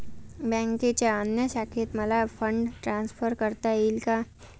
बँकेच्या अन्य शाखेत मला फंड ट्रान्सफर करता येईल का?